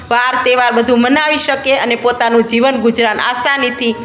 વાર તહેવાર બધું મનાવી શકે અને પોતાનું જીવન ગુજરાન આસાનીથી